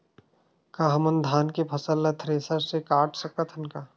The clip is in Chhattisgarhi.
का हमन धान के फसल ला थ्रेसर से काट सकथन का?